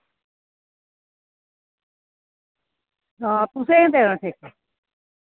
हां तुसें गै देना ठेका